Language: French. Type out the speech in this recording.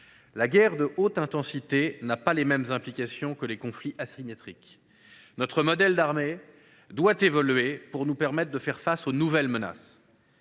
La guerre de haute intensité n’a pas les mêmes implications que les conflits asymétriques. Notre modèle d’armée doit évoluer pour nous permettre de faire face aux nouvelles menaces